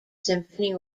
symphony